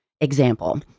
example